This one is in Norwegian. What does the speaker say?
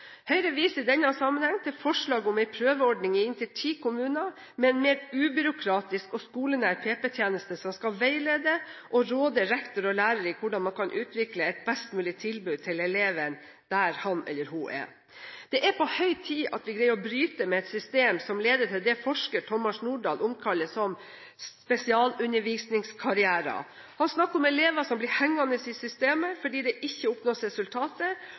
Høyre viser i denne sammenheng til forslaget om en prøveordning i inntil ti kommuner med en mer ubyråkratisk og skolenær PP-tjeneste som skal veilede og råde rektor og lærere i hvordan man kan utvikle et best mulig tilbud til eleven der han eller hun er. Det er på høy tid at vi greier å bryte med et system som leder til det forsker Thomas Nordahl omtaler som «spesialundervisningskarrierer». Han snakker om elever som blir hengende i systemet fordi det ikke oppnås resultater,